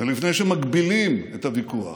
ולפני שמגבילים את הוויכוח,